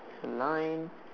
line